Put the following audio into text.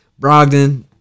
Brogdon